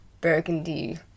burgundy